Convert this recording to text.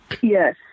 Yes